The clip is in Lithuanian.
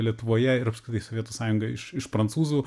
lietuvoje ir apskritai sovietų sąjunga iš iš prancūzų